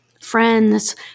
Friends